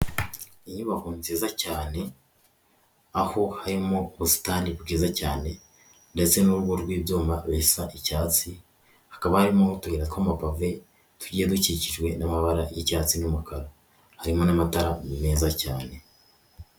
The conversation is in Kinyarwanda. Inyubako nziza cyane aho harimo ubusitani bwiza cyane ndetse n'urugo rw'icyuma bisa icyatsi hakaba harimo utuyira twoma pove tugiye dukikijwe n'amabara y'icyatsi n'umukara harimo n'amatara meza cyane.